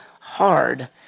hard